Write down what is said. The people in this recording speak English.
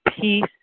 peace